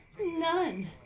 None